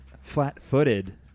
Flat-footed